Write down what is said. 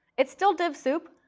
it's still div soup,